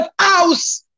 house